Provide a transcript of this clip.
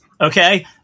okay